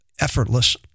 effortless